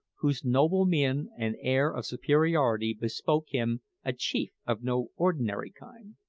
whose noble mien and air of superiority bespoke him a chief of no ordinary kind.